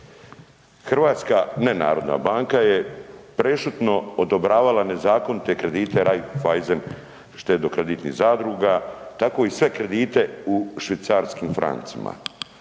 Hrvatska nenarodna banka je prešutno odobravala nezakonite kredite Raiffeisen štedno kreditnih zadruga, tako i sve kredite u švicarskim francima.